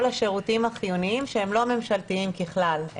השירותים החיוניים שהם לא ממשלתיים ככלל,